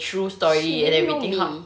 she didn't know me